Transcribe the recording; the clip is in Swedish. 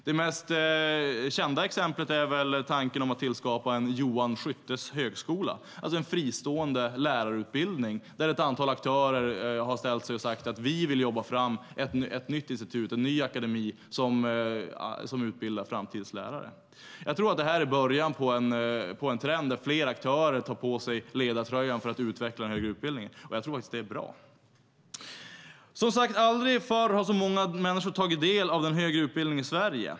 Det mest kända exemplet är väl tanken om att tillskapa Johan Skyttes högskola, alltså en fristående lärarutbildning. Ett antal aktörer har sagt att de vill jobba fram ett nytt institut, en ny akademi, som utbildar framtidens lärare. Jag tror att det här är början på en trend där fler aktörer tar på sig ledartröjan för att utveckla den högre utbildningen. Jag tror att det är bra. Som sagt: Aldrig förr har så många människor tagit del av den högre utbildningen i Sverige.